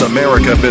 America